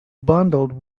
bundled